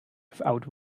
without